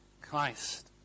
Christ